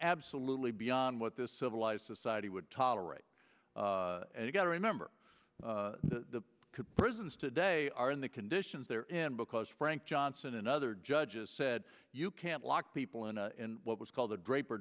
absolutely beyond what this civilized society would tolerate and you got to remember the prisons today are in the conditions they're in because frank johnson and other judges said you can't lock people in what was called the drape